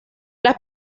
las